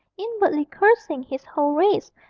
inwardly cursing his whole race,